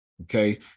Okay